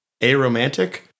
aromantic